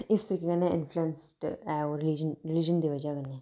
इस तरीकै कन्नै इन्फलुअंसड ऐ ओह् रिलि रिलिजन दी बजह कन्नै